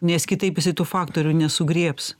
nes kitaip jisai tų faktorių nesugriebs